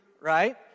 right